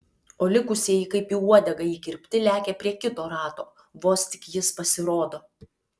o likusieji kaip į uodegą įkirpti lekia prie kito rato vos tik jis pasirodo